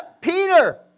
Peter